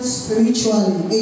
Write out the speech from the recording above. spiritually